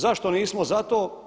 Zašto nismo za to?